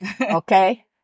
Okay